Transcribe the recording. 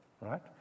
right